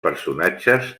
personatges